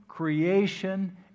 creation